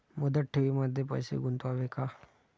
मुदत ठेवींमध्ये पैसे गुंतवावे का?